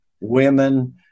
women